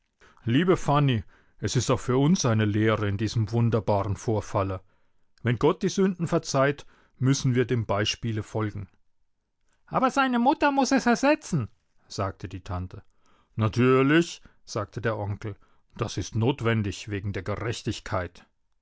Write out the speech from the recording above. liebe fanny es ist auch für uns eine lehre in diesem wunderbaren vorfalle wenn gott die sünden verzeiht müssen wir dem beispiele folgen aber seine mutter muß es ersetzen sagte die tante natürlich sagte der onkel das ist notwendig wegen der gerechtigkeit